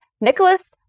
Nicholas